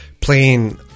Playing